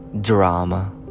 drama